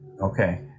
okay